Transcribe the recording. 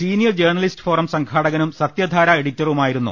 senior journalist forum സംഘാടകനും സത്യധാര എഡിറ്ററുമായിരുന്നു